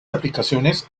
aplicaciones